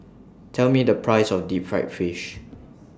Tell Me The Price of Deep Fried Fish